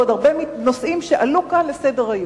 ועוד הרבה נושאים שעלו כאן על סדר-היום.